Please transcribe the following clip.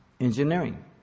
engineering